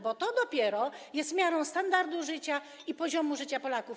Bo to dopiero jest miarą standardu życia i poziomu życia Polaków.